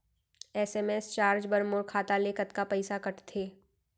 SMS charge बर मोर खाता ले कतका पइसा कटथे?